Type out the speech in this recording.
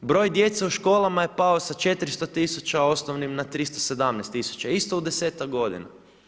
Broj djece u školama je pao sa 400 000 u osnovnim na 317 000. isto u desetak godina.